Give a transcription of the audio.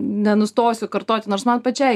nenustosiu kartot nors man pačiai